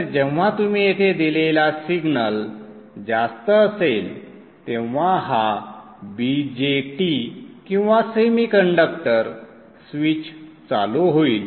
तर जेंव्हा तुम्ही येथे दिलेला सिग्नल जास्त असेल तेंव्हा हा BJT किंवा सेमीकंडक्टर स्विच चालू होईल